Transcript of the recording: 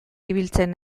ibiltzen